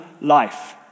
life